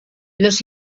los